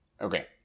Okay